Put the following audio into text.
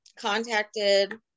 contacted